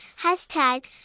Hashtag